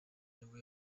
nibwo